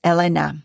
Elena